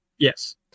Yes